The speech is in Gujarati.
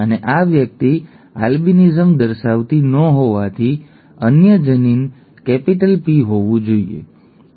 અને આ વ્યક્તિ આલ્બિનિઝમ દર્શાવતી ન હોવાથી અન્ય જનીન કેપિટલ p હોવું જોઈએ